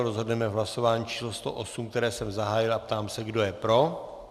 Rozhodneme v hlasování číslo 108, které jsem zahájil, a ptám se, kdo je pro.